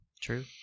True